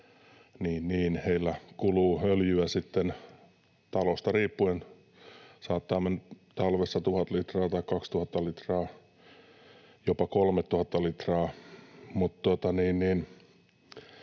niin heillä kuluu sitten öljyä talosta riippuen talvessa 1 000 litraa tai 2 000 litraa, jopa 3 000 litraa.